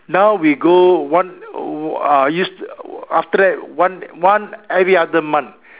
now we go one uh used to after that one one every other month